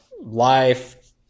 life